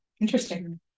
interesting